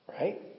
Right